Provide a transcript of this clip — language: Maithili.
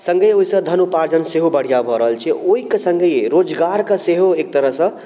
संगे ओहिसँ धन उपार्जन सेहो बढ़िऑं भऽ रहल छै ओहिके संगे रोजगार के सेहो एक तरह सँ